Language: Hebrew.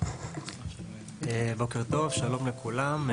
בוקר טוב, שלום לכולם.